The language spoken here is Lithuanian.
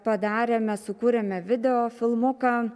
padarėme sukūrėme videofilmuką